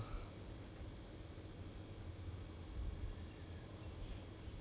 ya so 她 recently tried lactose free milk then she found it to be okay leh